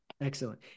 Excellent